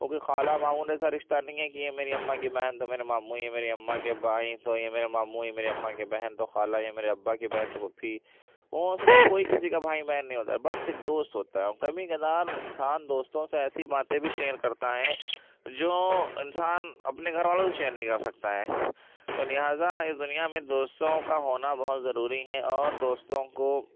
وہ کوئی خالہ ماموں جیسا رشتہ نہیں ہے کہ یہ میری اماں کی بہن تو میرے ماموں یہ میری اماں کے بھائی تو یہ میرے ماموں یہ میرے اماں کی بہن تو خالہ یہ میرے ابا کی بہن تو پھوپھی وہ اس میں کوئی کسی کا بھائی بہن نہیں ہوتا بس ایک دوست ہوتا ہے اور کبھی کبھار انسان دوستوں سے ایسی باتیں بھی شیئر کرتا ہے جو انسان اپنے گھر والوں سے شیئر نہیں کر سکتا ہے تو لہٰذا اس دنیا میں دوستوں کا ہونا بہت ضروری ہے اور دوستوں کو